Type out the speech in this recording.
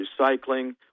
recycling